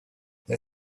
they